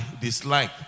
dislike